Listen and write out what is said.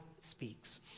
speaks